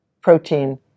protein